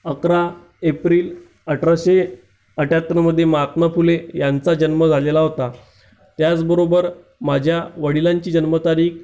अकरा एप्रिल अठराशे अठ्ठ्याहत्तरमध्ये महात्मा फुले यांचा जन्म झालेला होता त्याचबरोबर माझ्या वडिलांची जन्मतारीख